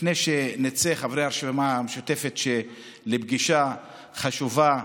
לפני שנצא, חברי הרשימה המשותפת, לפגישה חשובה